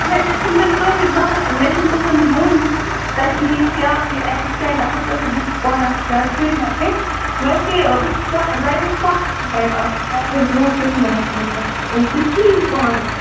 ویسے چھپنہٕ مےٚ تُہۍ زانٛہہ مےٚ چھُنہٕ تُہُنٛد وۅن کِہیٖنٛۍ تتہِ چھِ مےٚ بیٛاکھ یہِ اَسیسٹنٛٹ آسان تہٕ بہٕ چھَس پانہٕ آسان زیٛادٕ سِری نگرے ویسے بہٕ چھَس دۄیہِ بجہِ پتھ کُن تتہِ آسان دۄیہِ بجہِ برٛونٛٹھ چھَس نہٕ بہٕ ہٮ۪کان تتہِ ٲسِتھ کِہیٖنۍ پانہٕ